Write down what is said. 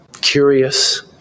curious